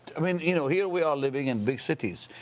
i mean, you know, here we are living in big cities.